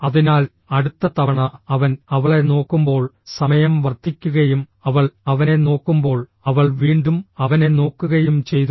അതിനാൽ അടുത്ത തവണ അവൻ അവളെ നോക്കുമ്പോൾ സമയം വർദ്ധിക്കുകയും അവൾ അവനെ നോക്കുമ്പോൾ അവൾ വീണ്ടും അവനെ നോക്കുകയും ചെയ്തു